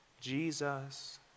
Jesus